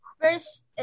First